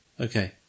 Okay